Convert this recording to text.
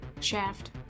Shaft